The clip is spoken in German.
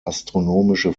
astronomische